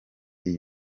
iyi